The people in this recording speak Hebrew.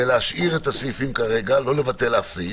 זה להשאיר את הסעיפים כרגע, לא לבטל אף סעיף.